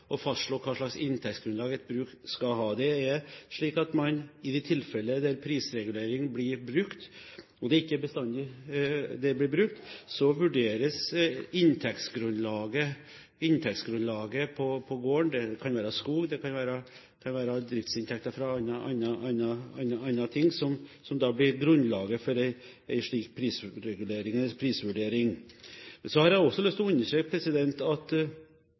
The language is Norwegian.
fastslå hva slags inntektsgrunnlag et bruk skal ha. Det er slik at i de tilfellene der prisregulering blir brukt – og det er ikke bestandig det blir brukt – så vurderes inntektsgrunnlaget på gården. Grunnlaget for en slik prisvurdering kan da være skog, eller det kan være driftsinntekter fra annet. Så har jeg også lyst til å understreke at for de aller fleste eiendommer som omsettes i landbruket i dag, blir ikke prisreguleringsmekanismen brukt. Jeg tror det er viktig å ta med seg at